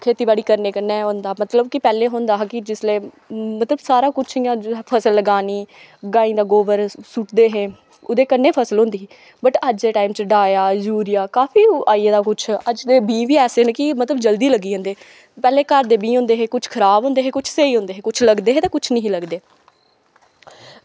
खेतीबाड़ी करने कन्नै होंदा मतलब कि पैह्लें होंदा हा कि जिसले मतलब सारा कुछ जियां फसल लगानी गाईं दा गोबर सुट्टदे हे ओह्दे कन्नै फसल होंदी ही बट अज दे टाइम च डाया यूरिया काफी आई गेदा कुछ अज दे बीऽ वी ऐसे न कि मतलव जल्दी लग्गी जंदे पैह्ले घर दे बीऽ होंदे हे कुछ खराब होंदे हे कुछ स्हेई होंदे हे कुछ लगदे हे ते कुछ निं हे लगदे